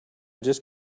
just